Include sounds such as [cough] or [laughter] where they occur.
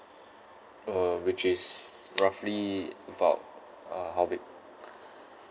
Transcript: uh which is roughly about uh how big [breath]